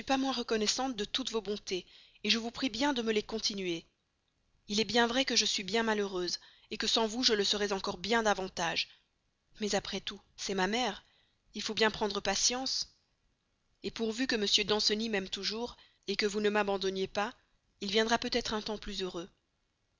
moins reconnaissante de toutes vos bontés pour moi je vous prie bien de me les continuer il est bien vrai que je suis bien malheureuse que sans vous je le serais encore bien davantage mais après tout c'est ma mère il faut bien prendre patience et pourvu que m danceny m'aime toujours que vous ne m'abandonniez pas il viendra peut-être un temps plus heureux